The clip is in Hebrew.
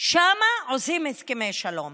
שם עושים הסכמי שלום,